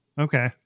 okay